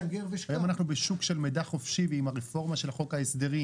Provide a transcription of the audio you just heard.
היום אנחנו בשוק של מידע חופשי ועם הרפורמה של חוק ההסדרים